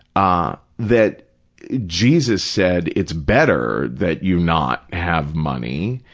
ah that jesus said it's better that you not have money,